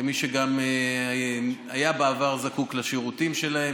כמי שהיה בעבר זקוק לשירותים שלהם,